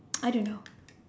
I don't know